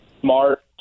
smart